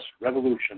Revolution